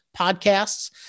podcasts